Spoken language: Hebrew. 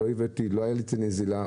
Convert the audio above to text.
לא הייתה להם נזילה,